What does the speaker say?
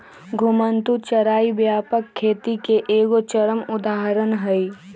घुमंतू चराई व्यापक खेती के एगो चरम उदाहरण हइ